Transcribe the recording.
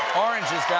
oranges.